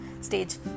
stage